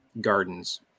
gardens